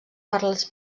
parlats